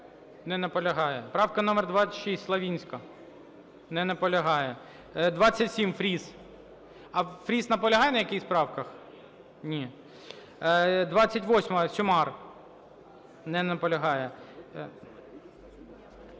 Не наполягає. Правка номер 26, Славицька. Не наполягає. 27 – Фріс. А Фріс наполягає на якихось правках? Ні. 28-а, Сюмар. Не наполягає.